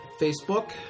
Facebook